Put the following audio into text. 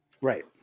Right